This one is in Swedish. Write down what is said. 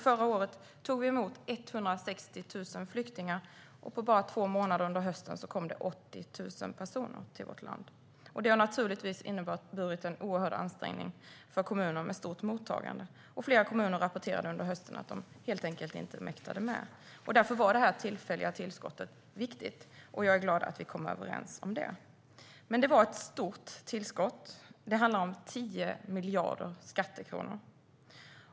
Förra året tog vi emot 160 000 flyktingar, och på bara två månader under hösten kom det 80 000 personer till vårt land. Det har naturligtvis inneburit en oerhörd ansträngning för kommuner med stort mottagande. Flera kommuner rapporterade under hösten att de helt enkelt inte mäktade med detta. Därför var det här tillfälliga tillskottet viktigt, och jag är glad att vi kom överens om det. Det var ett stort tillskott. Det handlar om 10 miljarder skattekronor.